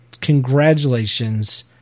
Congratulations